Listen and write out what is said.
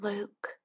Luke